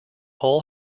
hull